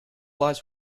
lies